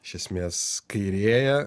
iš esmės kairėja